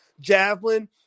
Javelin